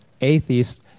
atheist